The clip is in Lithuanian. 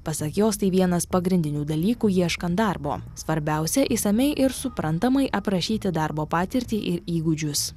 pasak jos tai vienas pagrindinių dalykų ieškant darbo svarbiausia išsamiai ir suprantamai aprašyti darbo patirtį ir įgūdžius